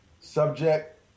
subject